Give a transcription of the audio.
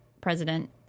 president